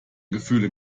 gefühle